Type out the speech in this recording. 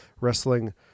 wrestling